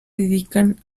dedican